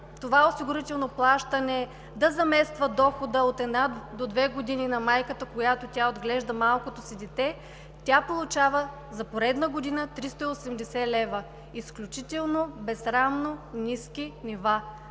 това осигурително плащане да замества дохода от една до две години на майката, която отглежда малкото си дете, тя получава за поредна година 380 лв. Изключително безсрамно ниски нива,